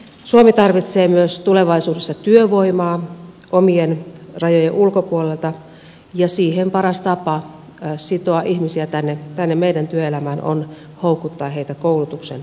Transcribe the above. suomi tarvitsee tulevaisuudessa myös työvoimaa omien rajojen ulkopuolelta ja paras tapa sitoa ihmisiä tänne meidän työelämäämme on houkuttaa heitä koulutuksen kautta